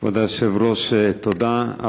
כבוד היושב-ראש, תודה.